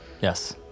yes